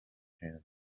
hand